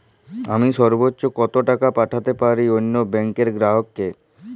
আমি সর্বোচ্চ কতো টাকা পাঠাতে পারি অন্য ব্যাংক র গ্রাহক কে?